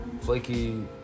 flaky